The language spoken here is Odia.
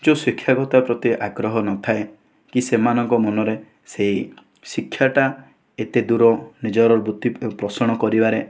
ଯେଉଁ ଶିକ୍ଷାଗତ ପ୍ରତି ଆଗ୍ରହ ନଥାଏ କି ସେମାନଙ୍କ ମନରେ ସେହି ଶିକ୍ଷାଟା ଏତେ ଦୂର ନିଜର ବୃତ୍ତି ପୋଷଣ କରିବାରେ